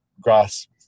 grass